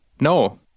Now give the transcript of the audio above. No